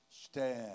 stand